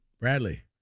Bradley